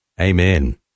Amen